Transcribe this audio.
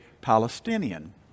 Palestinian